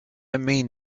mean